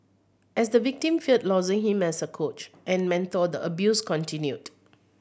as the victim feared losing him as a coach and mentor the abuse continued